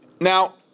Now